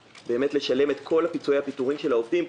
לשלם את כל פיצויי הפיטורים של העובדים,